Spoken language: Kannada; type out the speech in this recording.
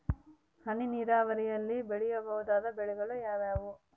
ಹನಿ ನೇರಾವರಿಯಲ್ಲಿ ಬೆಳೆಯಬಹುದಾದ ಬೆಳೆಗಳು ಯಾವುವು?